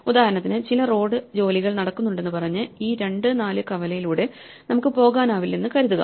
ഉദാഹരണത്തിന് ചില റോഡ് ജോലികൾ നടക്കുന്നുണ്ടെന്നു പറഞ്ഞ് ഈ 2 4 കവലയിലൂടെ നമുക്ക് പോകാനാവില്ലെന്നു കരുതുക